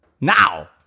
Now